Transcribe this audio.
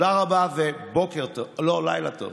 תודה רבה ולילה טוב.